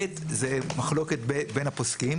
ב' זו מחלוקת בין הפוסקים.